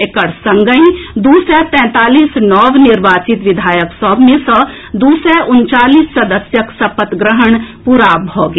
एकर संगहि दू सय तैंतालीस नव निर्वाचित विधायक सभ मे सँ दू सय उनचालीस सदस्यक सपत ग्रहण पूरा भऽ गेल